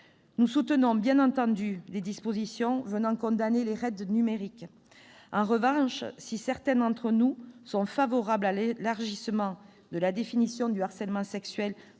Nous soutenons, bien entendu, les dispositions venant condamner les raids numériques. En revanche, si certains d'entre nous sont favorables à l'élargissement de la définition du harcèlement sexuel